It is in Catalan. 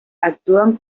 actuen